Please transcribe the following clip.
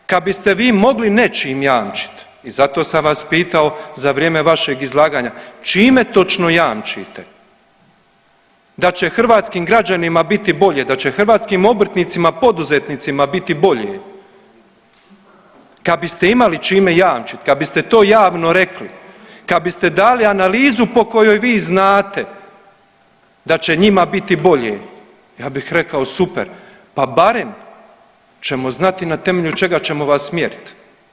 Kad biste vi mogli nečim jamčiti i zato sam vas pitao za vrijeme vašeg izlaganja čime točno jamčite, da će hrvatskim građanima biti bolje, da će hrvatskim obrtnicima, poduzetnicima biti bolje, kad biste imali čime jamčiti, kad biste to javno rekli, kad biste dali analizu po kojoj vi znate da će njima biti bolje, ja bih rekao super pa barem ćemo znati na temelju čega ćemo vas mjeriti.